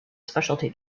specialty